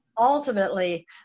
ultimately